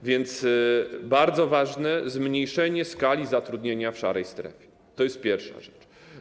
A więc bardzo ważne jest zmniejszenie skali zatrudnienia w szarej strefie, to jest pierwsza rzecz.